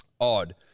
Odd